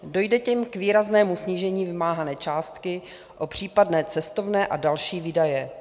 Dojde tím k výraznému snížení vymáhané částky o případné cestovné a další výdaje.